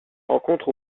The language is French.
rencontre